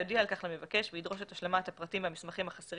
יודיע על כך למבקש וידרוש את השלמת הפרטים והמסמכים החסרים,